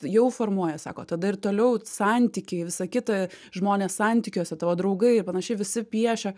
jau formuoja sako tada ir toliau santykiai visa kita žmonės santykiuose tavo draugai ir panašiai visi piešia